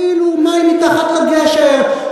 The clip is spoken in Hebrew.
כאילו מים מתחת לגשר,